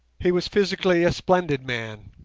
he was physically a splendid man,